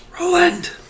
Roland